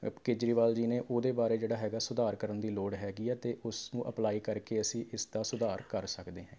ਕੇਜਰੀਵਾਲ ਜੀ ਨੇ ਉਹਦੇ ਬਾਰੇ ਜਿਹੜਾ ਹੈਗਾ ਸੁਧਾਰ ਕਰਨ ਦੀ ਲੋੜ ਹੈਗੀ ਹੈ ਅਤੇ ਉਸ ਨੂੰ ਅਪਲਾਈ ਕਰਕੇ ਅਸੀਂ ਇਸ ਦਾ ਸੁਧਾਰ ਕਰ ਸਕਦੇ ਹਾਂ